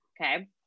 Okay